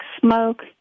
smoke